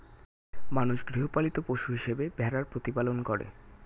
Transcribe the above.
মানুষ গৃহপালিত পশু হিসেবে ভেড়ার প্রতিপালন করে